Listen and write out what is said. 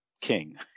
king